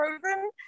frozen